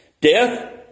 death